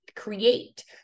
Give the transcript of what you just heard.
create